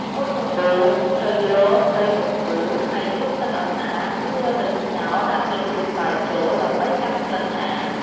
មុនដំបូង ត្រូវយកត្រីមកធ្វើ ហេីយលាងទឹកឲ្យស្អាត រួចយកទៅស្ងោរដាក់ស្លឹកក្រូចសើចចូល ដើម្បីកាត់ក្លិនឆ្អាប។